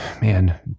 man